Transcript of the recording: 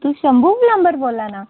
तू शंभु प्लम्बर बोल्ला ना